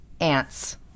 ants